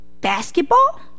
Basketball